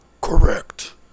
Correct